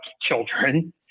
children